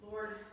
Lord